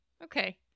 Okay